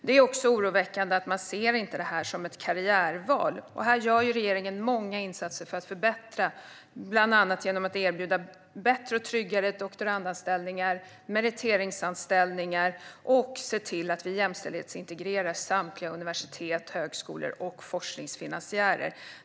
Det är också oroväckande att man inte ser forskning som ett karriärval. Här gör regeringen många insatser för att förbättra, bland annat genom att erbjuda bättre och tryggare doktorandanställningar och meriteringsanställningar och genom att se till att jämställdhetsintegrera samtliga universitet, högskolor och forskningsfinansiärer.